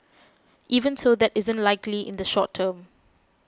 even so that isn't likely in the short term